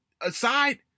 aside